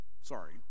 sorry